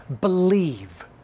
Believe